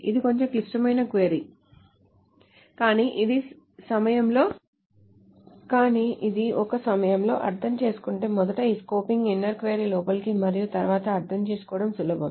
ఇది కొంచెం క్లిష్టమైన క్వరీ కానీ ఇది ఒక సమయంలో అర్థం చేసుకుంటే మొదట ఈ స్కోపింగ్తో ఇన్నర్ క్వరీ వెలుపలికి మరియు తరువాత అర్థం చేసుకోవడం సులభం